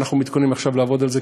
ואנחנו מתכוננים עכשיו לעבוד על זה,